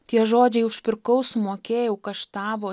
tie žodžiai užpirkau sumokėjau kaštavo